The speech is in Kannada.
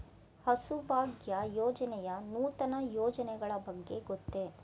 ಹಸುಭಾಗ್ಯ ಯೋಜನೆಯ ನೂತನ ಯೋಜನೆಗಳ ಬಗ್ಗೆ ಗೊತ್ತೇ?